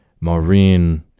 Maureen